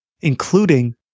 including